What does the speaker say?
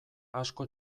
asko